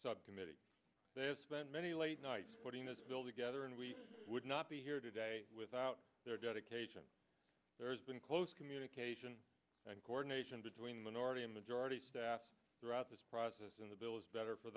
subcommittee there's been many late nights putting this bill together and we would not be here today without their dedication there's been close communication and coordination between minority and majority staff throughout this process and the bill is better for